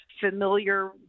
familiar